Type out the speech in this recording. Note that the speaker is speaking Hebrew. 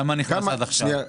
מה הסכום שנכנס עד עכשיו?